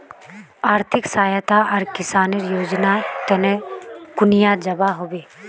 आर्थिक सहायता आर किसानेर योजना तने कुनियाँ जबा होबे?